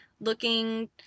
looking